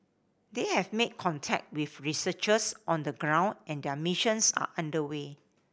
they have made contact with researchers on the ground and their missions are under way